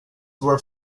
were